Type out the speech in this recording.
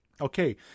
Okay